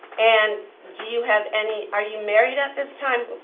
and do you have any, are you married at this time?